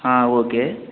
okay